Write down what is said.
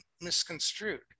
misconstrued